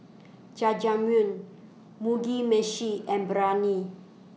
Jajangmyeon Mugi Meshi and Biryani